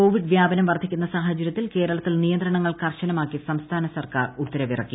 Covid വ്യാപനം വർദ്ധിക്കുന്ന സാഹചര്യത്തിൽ കേരളത്തിൽ നിയന്ത്രണങ്ങൾ കർശനമാക്കി സംസ്ഥാന സർക്കാർ ഉത്തരവിറക്കി